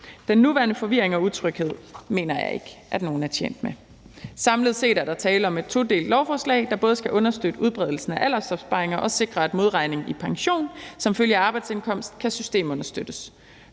Den nuværende forvirring og utryghed mener jeg ikke at nogen er tjent med. Samlet set er der tale om et todelt lovforslag, der både skal understøtte udbredelsen af aldersopsparinger og sikre, at modregningen i pension som følge af arbejdsindkomst kan systemunderstøttes.